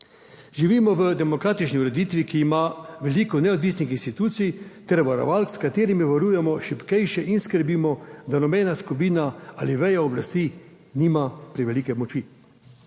Živimo v demokratični ureditvi, ki ima veliko neodvisnih institucij ter varovalk, s katerimi varujemo šibkejše in skrbimo, da nobena skupina ali veja oblasti nima prevelike moči.